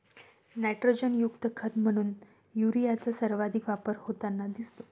नायट्रोजनयुक्त खत म्हणून युरियाचा सर्वाधिक वापर होताना दिसतो